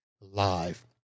live